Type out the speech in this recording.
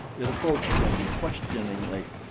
it approached him questioningly.